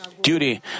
duty